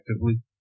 effectively